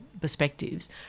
perspectives